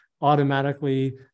automatically